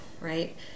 right